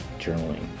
journaling